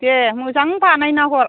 दे मोजां बानायना हर